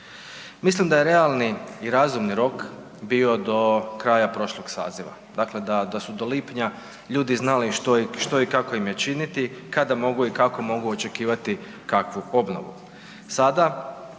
Mislim da je realni i razumni rok bio do kraja prošlog saziva, dakle da su do lipnja ljudi znali što i kako im je činiti, kada mogu i kako mogu očekivati kakvu obnovu.